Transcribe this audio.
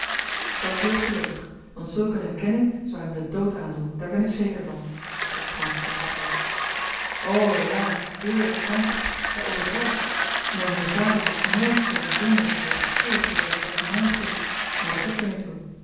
dat's heel gelukkig want zulk eene herkenning zou hem den dood aandoen daar ben ik zeker van sprak francis met hardheid o là dearest francis gij overdrijft mijn heer vader is nooit zoo bijzonder teergevoelig geweest als het mij gold maar dat doet er niet toe